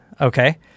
Okay